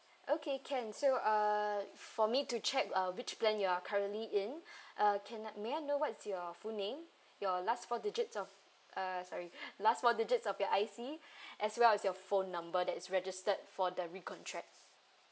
okay can so uh for me to check uh which plan you are currently in uh can I may I know what's your full name your last four digits of uh sorry last four digit of your I_C as well as your phone number that is registered for the recontract